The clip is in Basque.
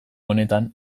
honetan